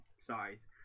sides